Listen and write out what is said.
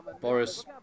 Boris